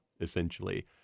essentially